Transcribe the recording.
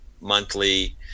monthly